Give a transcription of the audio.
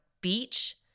beach